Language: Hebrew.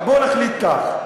בוא נחליט כך,